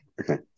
okay